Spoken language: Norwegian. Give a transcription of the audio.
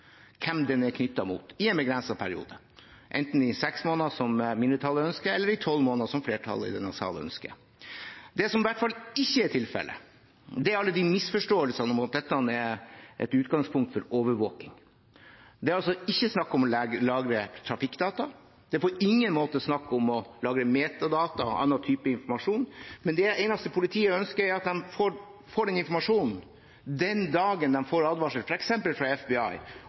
i en begrenset periode, enten det er i seks måneder, som mindretallet ønsker, eller i tolv måneder, som flertallet i denne sal ønsker. Det som i hvert fall ikke er tilfellet, er at dette, med alle de misforståelsene, er et utgangspunkt for overvåking. Det er ikke snakk om å lagre trafikkdata. Det er på ingen måte snakk om å lagre metadata og annen type informasjon. Det eneste politiet ønsker, er at de får informasjonen den dagen de får en advarsel fra f.eks. FBI